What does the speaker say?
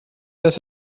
dass